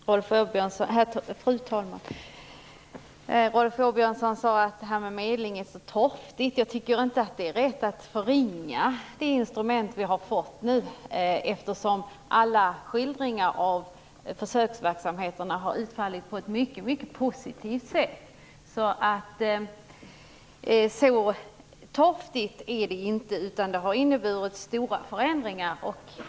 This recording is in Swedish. Fru talman! Rolf Åbjörnsson sade att det här med medling är så torftigt. Det är inte rätt att förringa det instrument som vi har fått nu, eftersom alla skildringar av försöksverksamheterna har varit mycket positiva. Det är alltså inte torftigt, utan det har inneburit stora förändringar.